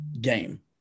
game